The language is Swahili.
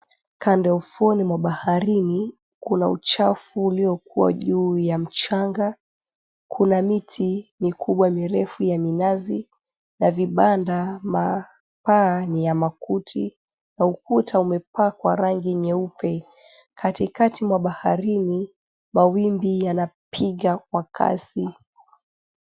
Kando ya ufuoni mwa baharini kuna uchafu uliokuwa juu ya mchanga, kuna miti mikubwa mirefu ya minazi na vibanda. Paa ni ya makuti na ukuta umepakwa rangi nyeupe. Katikati mwa baharini, mawimbi yanapiga kwa kasi.